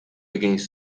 against